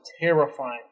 terrifying